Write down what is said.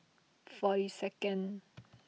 forty second